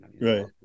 Right